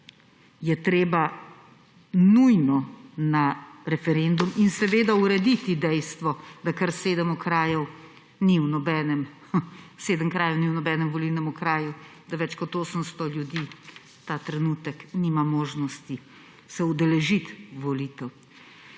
je treba nujno na referendum in seveda urediti dejstvo, da kar 7 krajev ni v nobenem volilnem okraju, da več kot 800 ljudi ta trenutek nima možnosti se udeležiti volitev.